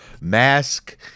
Mask